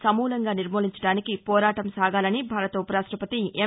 సమూలంగా నిర్మూలించడానికి పోరాటం సాగాలని భారత ఉపరాష్టపతి ఎం